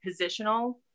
positional